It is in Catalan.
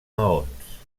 maons